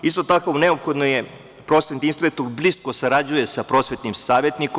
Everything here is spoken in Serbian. Isto tako neophodno je, prosvetni inspektor blisko sarađuje sa prosvetnim savetnikom.